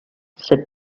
said